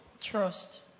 Trust